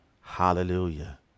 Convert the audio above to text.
hallelujah